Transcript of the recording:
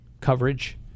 coverage